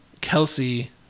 Kelsey